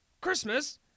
Christmas